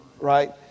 right